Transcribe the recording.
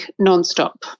nonstop